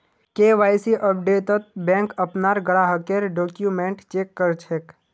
KYC अपडेटत बैंक अपनार ग्राहकेर डॉक्यूमेंट चेक कर छेक